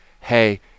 hey